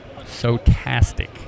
Sotastic